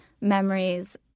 memories